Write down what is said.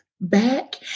back